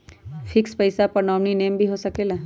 Fix पईसा पर nominee name भी होकेला?